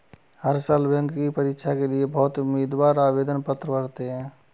हर साल बैंक की परीक्षा के लिए बहुत उम्मीदवार आवेदन पत्र भरते हैं